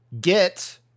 get